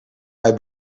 mij